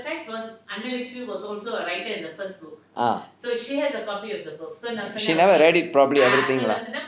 ah she never read it properly everything lah